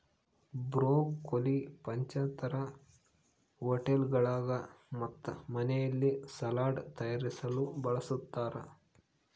broccoli ಪಂಚತಾರಾ ಹೋಟೆಳ್ಗುಳಾಗ ಮತ್ತು ಮನೆಯಲ್ಲಿ ಸಲಾಡ್ ತಯಾರಿಸಲು ಬಳಸತಾರ